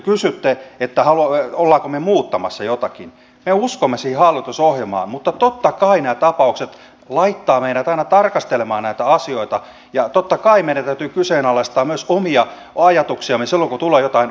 kun te kysytte olemmeko me muuttamassa jotakin me uskomme siihen hallitusohjelmaan mutta totta kai nämä tapaukset laittavat meidät aina tarkastelemaan näitä asioita ja totta kai meidän täytyy kyseenalaistaa myös omia ajatuksiamme silloin kun tulee jotain uutta